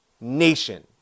nation